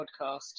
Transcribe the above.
podcast